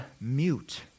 mute